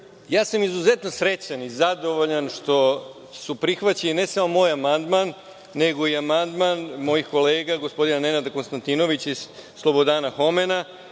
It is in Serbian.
Izuzetno sam srećan i zadovoljan što su prihvaćeni, ne samo moj amandman, nego i amandman mojih kolega, gospodina Nenada Konstantinovića i Slobodana Homena,